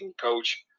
coach